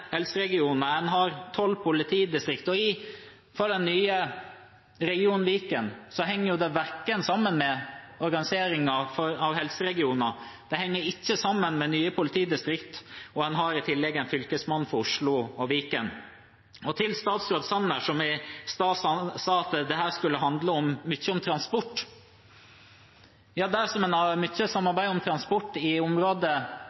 og en har tolv politidistrikter, og for den nye regionen Viken henger det verken sammen med organiseringen av helseregioner eller med nye politidistrikter, og en har i tillegg en fylkesmann for Oslo og Viken. Til statsråd Sanner, som sa at dette skulle handle mye om transport: Der en i området rundt Oslo har